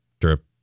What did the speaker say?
drip